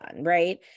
right